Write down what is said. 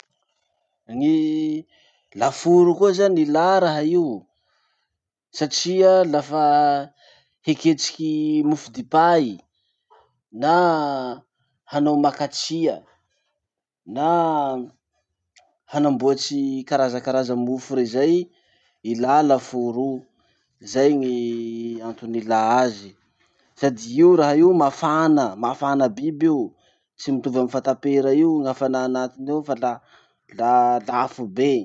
Gny laforo koa zany ilà raha io satria lafa hiketriky mofodipay na hanao makatria na hanamboatsy karazakaraza mofo rey zay, ilà laforo o. Zay gny antony ilà azy. Sady io raha io mafana, mafana biby io, tsy mitovy amy fatapera io gny hafanà anatiny ao fa la la la afobe.